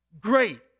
Great